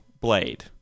Blade